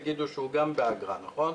בהקשר הזה אני גם אשמח שהרשות הממונה תתייחס.